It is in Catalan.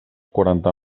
quaranta